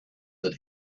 that